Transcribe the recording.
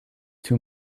too